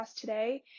today